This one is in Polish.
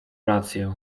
rację